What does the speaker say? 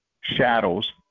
shadows